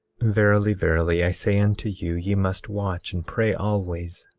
verily, verily, i say unto you, ye must watch and pray always,